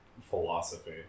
philosophy